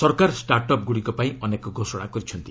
ସରକାର ଷ୍ଟାର୍ଟ୍ଅପ୍ଗୁଡ଼ିକ ପାଇଁ ଅନେକ ଘୋଷଣା କରିଛନ୍ତି